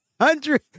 hundred